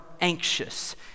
anxious